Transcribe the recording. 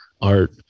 art